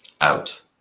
Out